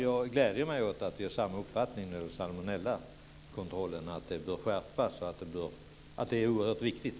Jag gläder mig åt att vi har samma uppfattning i fråga om att det är oerhört viktigt att salmonellakontrollen skärps.